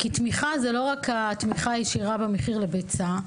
תמיכה זה לא רק תמיכה ישירה במחיר לביצה,